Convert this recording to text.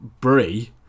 Brie